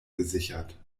gesichert